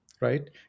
Right